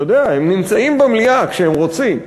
אתה יודע, הם נמצאים במליאה כשהם רוצים,